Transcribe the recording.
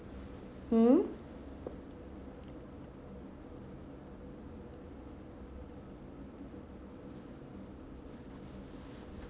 mm